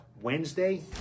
Wednesday